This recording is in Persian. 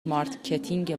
مارکتینگ